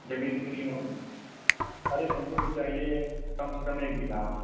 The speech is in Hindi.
जमीन कितनी होगी अरे हमको तो चाहिए कम से कम एक बीघा में